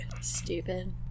stupid